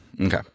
Okay